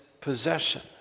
possession